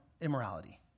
immorality